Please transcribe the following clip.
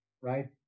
right